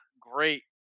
great